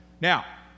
Now